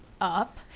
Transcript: up